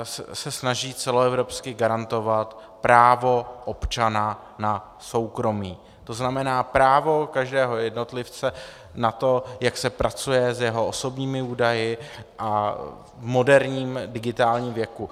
GDPR se snaží celoevropsky garantovat právo občana na soukromí, to znamená právo každého jednotlivce na to, jak se pracuje s jeho osobními údaji a v moderním digitálním věku.